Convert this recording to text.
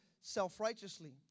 self-righteously